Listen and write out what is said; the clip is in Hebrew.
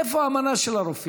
איפה האמנה של הרופאים?